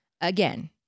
again